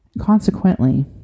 consequently